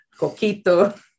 coquito